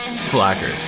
slackers